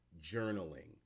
journaling